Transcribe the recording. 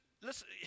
listen